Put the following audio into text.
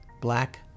black